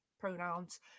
pronouns